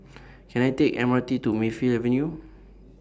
Can I Take M R T to Mayfield Avenue